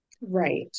right